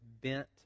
bent